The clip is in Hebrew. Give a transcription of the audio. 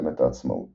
במלחמת העצמאות